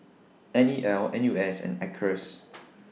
N E L N U S and Acres